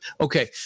Okay